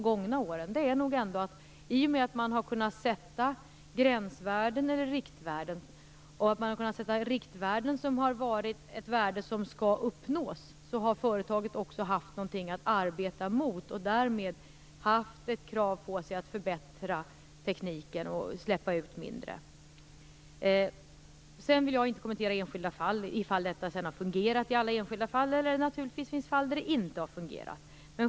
I och med att man har kunnat fastställa riktvärden som skall uppnås har företagen haft något att arbeta mot. Därmed har företagen haft krav på sig att förbättra tekniken och släppa ut mindre. Det är den generella erfarenheten av de gångna åren. Jag vill inte kommentera om det har fungerat i alla enskilda fall, eller om det, naturligtvis, finns fall där det inte har fungerat.